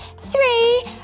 three